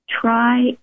Try